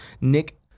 Nick